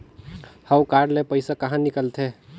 हव कारड ले पइसा कहा निकलथे?